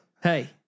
Hey